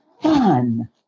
fun